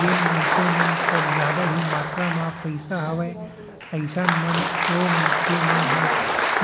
जेन मनसे मन कर जादा ही मातरा म पइसा हवय अइसन म ओ मनखे मन ह